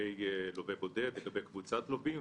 לגבי לווה בודד, לגבי קבוצת לווים.